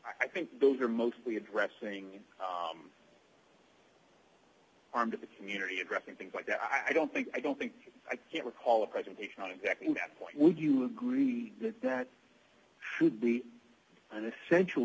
i think those are mostly addressing harm to the community addressing things like that i don't think i don't think i can recall a presentation on exactly that point would you agree that that should be an essential